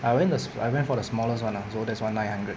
I went the I went for the smallest one lah so that's one nine hundred